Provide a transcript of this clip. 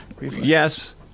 Yes